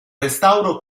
restauro